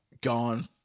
gone